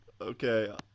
okay